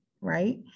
right